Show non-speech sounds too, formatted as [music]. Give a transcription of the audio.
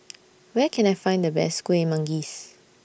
[noise] Where Can I Find The Best Kueh Manggis